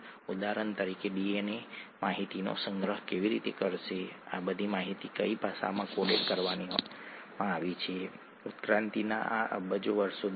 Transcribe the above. એક પેઢીથી બીજી પેઢીમાં માહિતીનું સ્થાનાંતરણ શક્ય બનાવવાની એક રીત આના દ્વારા છે